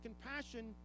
compassion